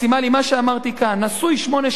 מה שאמרתי כאן: נשוי שמונה שנים,